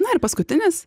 na ir paskutinis